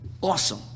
Awesome